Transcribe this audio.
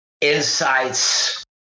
insights